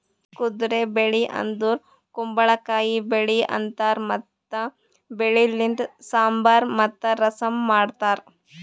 ಕುದುರೆ ಬೆಳಿ ಅಂದುರ್ ಕುಂಬಳಕಾಯಿ ಬೆಳಿ ಅಂತಾರ್ ಮತ್ತ ಬೆಳಿ ಲಿಂತ್ ಸಾಂಬಾರ್ ಮತ್ತ ರಸಂ ಮಾಡ್ತಾರ್